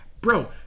Bro